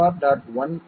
1 a'